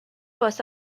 واسه